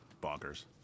Bonkers